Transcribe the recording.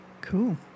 Cool